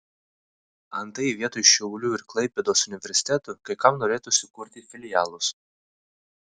antai vietoj šiaulių ir klaipėdos universitetų kai kam norėtųsi kurti filialus